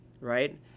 right